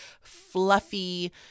fluffy